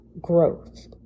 growth